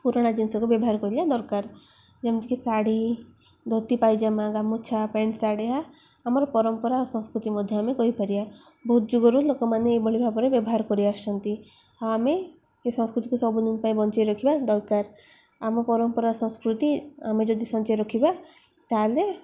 ପୁରୁଣା ଜିନିଷକୁ ବ୍ୟବହାର କରିବା ଦରକାର ଯେମିତିକି ଶାଢ଼ୀ ଧୋତି ପାଇଜାମା ଗାମୁଛା ପ୍ୟାଣ୍ଟ ସାର୍ଟ ଏହା ଆମର ପରମ୍ପରା ସଂସ୍କୃତି ମଧ୍ୟ ଆମେ କହିପାରିବା ବହୁତ ଯୁଗରୁ ଲୋକମାନେ ଏଇଭଳି ଭାବରେ ବ୍ୟବହାର କରି ଆସୁଛନ୍ତି ଆଉ ଆମେ ଏ ସଂସ୍କୃତିକୁ ସବୁଦିନ ପାଇଁ ବଞ୍ଚେଇ ରଖିବା ଦରକାର ଆମ ପରମ୍ପରା ସଂସ୍କୃତି ଆମେ ଯଦି ବଞ୍ଚେଇ ରଖିବା ତାହେଲେ